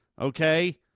Okay